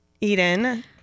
Eden